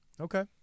Okay